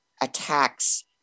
attacks